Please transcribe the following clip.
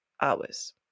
hours